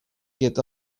get